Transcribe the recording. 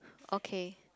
okay